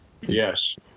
Yes